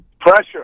Pressure